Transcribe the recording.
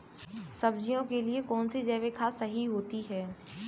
सब्जियों के लिए कौन सी जैविक खाद सही होती है?